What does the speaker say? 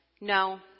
no